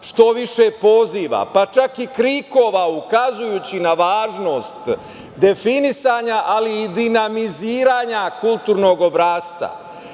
što više poziva, pa čak, i krikova ukazujući na važnost definisanja, ali i dinamizirinja kulturnog obrasca. Pođite